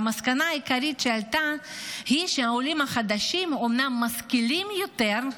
והמסקנה העיקרית שעלתה היא שהעולים החדשים אומנם משכילים יותר,